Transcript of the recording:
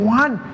one